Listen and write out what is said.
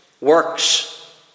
works